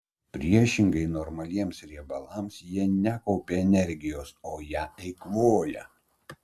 priešingai normaliems riebalams jie nekaupia energijos o ją eikvoja